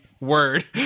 word